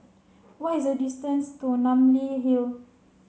what is the distance to Namly Hill